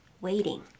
waiting